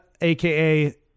aka